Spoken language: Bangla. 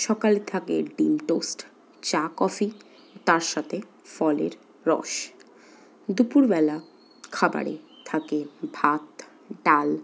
সকালে থাকে ডিম টোস্ট চা কফি তার সাথে ফলের রস দুপুরবেলা খাবারে থাকে ভাত ডাল